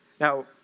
Now